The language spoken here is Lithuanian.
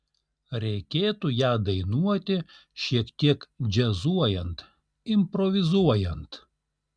reikėtų ją dainuoti šiek tiek džiazuojant improvizuojant